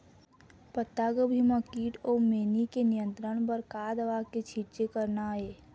पत्तागोभी म कीट अऊ मैनी के नियंत्रण बर का दवा के छींचे करना ये?